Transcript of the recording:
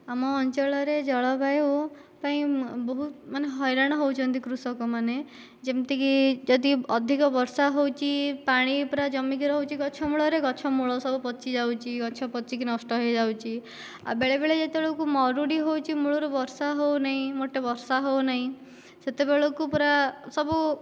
ଆମ ଅଞ୍ଚଳରେ ଜଳବାୟୁ ପାଇଁ ବହୁତ ମାନେ ହଇରାଣ ହେଉଛନ୍ତି କୃଷକ ମାନେ ଯେମିତିକି ଯଦି ଅଧିକ ବର୍ଷା ହେଉଛି ପାଣି ପୁରା ଜମିକି ରହୁଛି ଗଛମୂଳରେ ଗଛମୂଳ ସବୁ ପଚିଯାଉଛି ଗଛ ପଚିକି ନଷ୍ଟ ହୋଇଯାଉଛି ଆଉ ବେଳେବେଳେ ଯେତେବେଳେ ମରୁଡ଼ି ହେଉଛି ମୂଳରୁ ବର୍ଷା ହେଉନାହିଁ ମୋଟେ ବର୍ଷା ହେଉନାହିଁ ସେତେବେଳକୁ ପୁରା ସବୁ